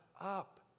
up